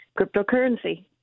cryptocurrency